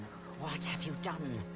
what have you done?